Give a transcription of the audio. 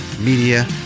media